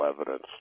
evidence